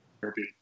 therapy